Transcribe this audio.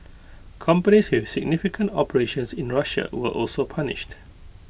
companies with significant operations in Russia were also punished